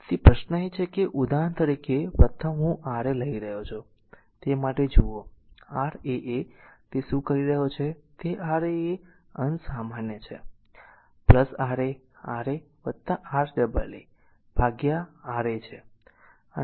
તેથી પ્રશ્ન એ છે કે r ઉદાહરણ તરીકે આ પ્રથમ હું Ra લઈ રહ્યો છું તે માટે જુઓ r a a તે શું કરી રહ્યા છે તે છે r a a આ અંશ સામાન્ય છે r a R a R a a આ ભાગ્યા Ra છે